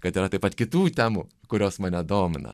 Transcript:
kad yra taip pat kitų temų kurios mane domina